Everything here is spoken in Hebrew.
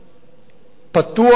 פתוח,